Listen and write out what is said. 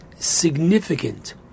significant